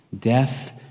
Death